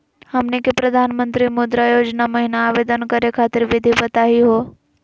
हमनी के प्रधानमंत्री मुद्रा योजना महिना आवेदन करे खातीर विधि बताही हो?